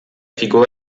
figur